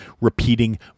repeating